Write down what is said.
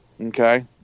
Okay